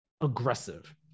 aggressive